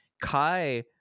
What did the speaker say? Kai